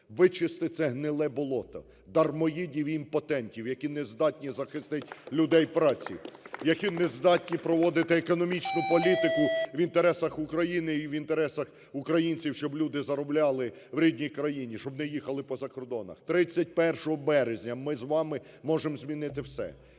вичистити це гниле болото, дармоїдів і імпотентів, які не здатні захистити людей праці, які не здатні проводити економічну політику в інтересах України і в інтересах українців, щоб люди заробляли в рідній країні, щоб не їхали по закордонах. 31 березня ми з вами можемо змінити все,